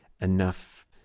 enough